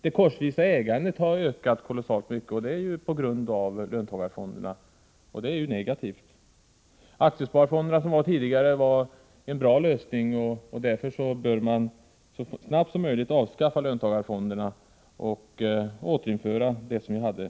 Det korsvisa ägandet har ökat kolossalt på grund av löntagarfonderna, vilket är negativt. De tidigare aktiesparfonderna var en bra lösning. Därför bör man alltså så snabbt som möjligt avskaffa löntagarfonderna och återinföra aktiesparfonderna.